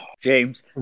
James